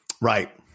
Right